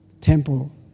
Temple